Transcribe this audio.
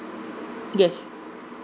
yes